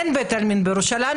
לדוגמה, אין בית עלמין בירושלים.